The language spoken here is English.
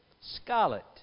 scarlet